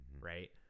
right